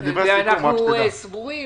אנחנו סבורים